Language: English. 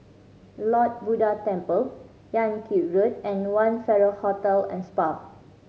Lord Buddha Temple Yan Kit Road and One Farrer Hotel and Spa